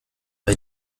bei